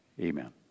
Amen